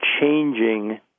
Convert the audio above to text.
changing